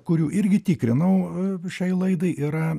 kurių irgi tikrinau šiai laidai yra